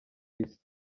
isi